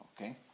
Okay